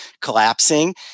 collapsing